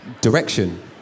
direction